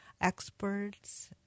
experts